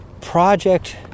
project